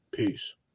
Peace